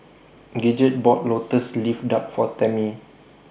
Gidget bought Lotus Leaf Duck For Tammi